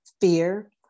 fear